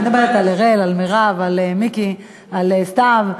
אני מדברת על אראל, על מרב, על מיקי, על סתיו.